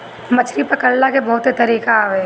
मछरी पकड़ला के बहुते तरीका हवे